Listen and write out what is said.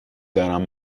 دارم